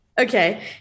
Okay